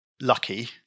lucky